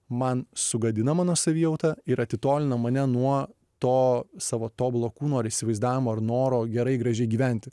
man sugadina mano savijautą ir atitolina mane nuo to savo tobulo kūno ir įsivaizdavimo ir noro gerai gražiai gyventi